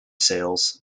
sales